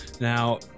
Now